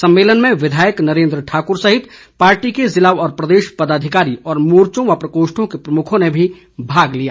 सम्मेलन में विधायक नरेंद्र ठाकुर सहित पार्टी के जिला व प्रदेश पदाधिकारी और मोर्चों व प्रकोष्ठों के प्रमुखों ने भी भाग लिया